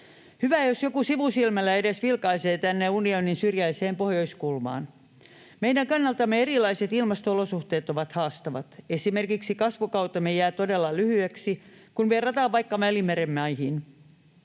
hyvä, jos joku sivusilmällä edes vilkaisee tänne unionin syrjäiseen pohjoiskulmaan. Meidän kannaltamme erilaiset ilmasto-olosuhteet ovat haastavat. Esimerkiksi kasvukautemme jää todella lyhyeksi, kun verrataan vaikka Välimeren maihin.